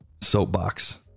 soapbox